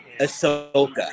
Ahsoka